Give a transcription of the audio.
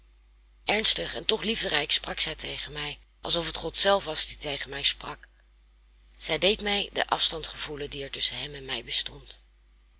ernstig en toch liefderijk sprak zij tegen mij alsof het god zelf was die tegen mij sprak zij deed mij den afstand gevoelen die er tusschen hem en mij bestond